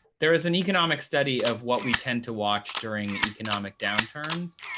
there was an economic study of what we tend to watch during economic downturns.